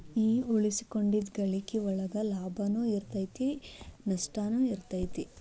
ಈ ಉಳಿಸಿಕೊಂಡಿದ್ದ್ ಗಳಿಕಿ ಒಳಗ ಲಾಭನೂ ಇರತೈತಿ ನಸ್ಟನು ಇರತೈತಿ